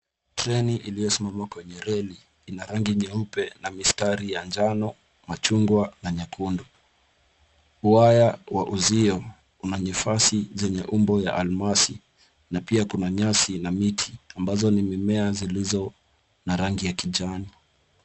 Treni iliyosimama kwenye reli ina rangi nyeupe na mistari ya njano, machungwa na nyekundu. Waya wa uzio una nyefasi zenye umbo ya almasi, na pia kuna nyasi na miti ambazo ni mimea iliyo na rangi ya kijani.